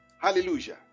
Hallelujah